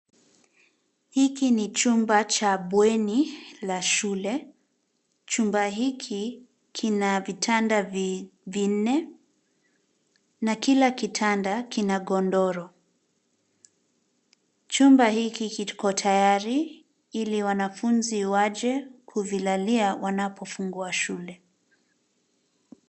Hiki ni chumba cha bweni la shule, chumba hiki kina viyanda vinne na kila kitanda kina godoro. Chumba hiki kiko tayari ili wanafunzi waje kuvilalia wanapofungua shule.